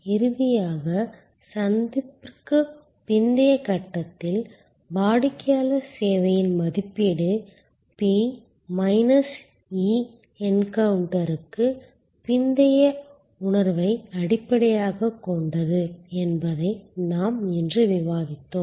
இறுதியாக சந்திப்பிற்குப் பிந்தைய கட்டத்தில் வாடிக்கையாளர் சேவையின் மதிப்பீடு P மைனஸ் E என்கவுண்டருக்குப் பிந்தைய உணர்வை அடிப்படையாகக் கொண்டது என்பதை நாம் இன்று விவாதித்தோம்